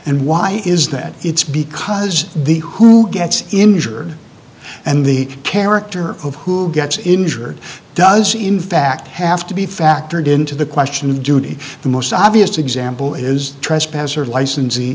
and why is that it's because the who gets injured and the character of who gets injured does in fact have to be factored into the question of duty the most obvious example is